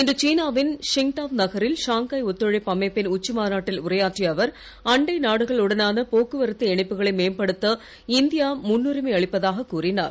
இன்று சீனா வின் ச்சிங்டாவ் நகரில் ஷாங்காய் ஒத்துழைப்பு அமைப்பு உச்சிமாநாட்டில் உரையாற்றிய அவர் அண்டை நாடுகளுடனான போக்குவரத்து இணைப்புகளை மேம்படுத்த இந்தியா முன்னுரிமை அளிப்பதாகக் கூறிஞர்